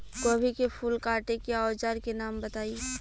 गोभी के फूल काटे के औज़ार के नाम बताई?